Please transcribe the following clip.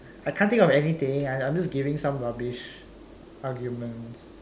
I can't think of anything I'm I'm giving some rubbish arguments